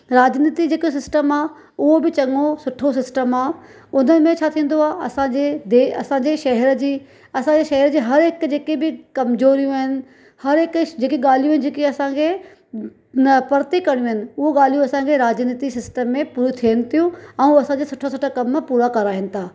राजनीति जेको सिस्टम आहे उहो बि चङो सुठो सिस्टम आहे ऊंदे में छा थींदो आहे असांजी दे असांजे शहर जी असांजे शहर जी हर हिकु जेकी बि कमज़ोरियूं आहिनि हर हिकु जेके ॻाल्हियूं जेकी असांखे न पोते करणियूं आहिनि हो ॻाल्हियूं असांखे राजनीति सिस्टम में पूरी थियनि थियूं ऐं असांजे सुठा सुठा कमु पूरा कराइनि था